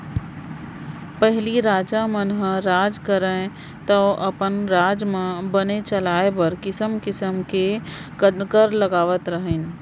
पहिली राजा मन ह राज करयँ तौ अपन राज ल बने चलाय बर किसिम किसिम के कर लगावत रहिन हें